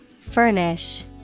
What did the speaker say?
furnish